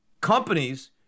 companies